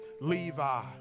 Levi